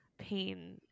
pain